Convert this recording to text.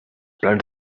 plans